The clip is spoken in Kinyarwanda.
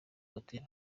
mutima